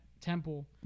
temple